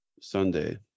Sunday